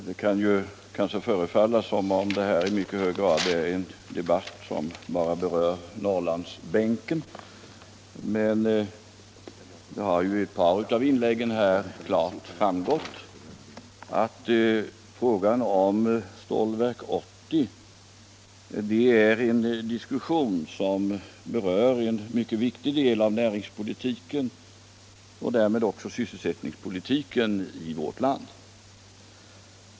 Det kan kanske förefalla som om debatten i dag bara berör dem på Norrlandsbänken men det har ju i ett par inlägg klart framgått att frågan om Stålverk 80 är en mycket viktig del av näringspolitiken och därmed också av sysselsättningspolitiken i vårt land.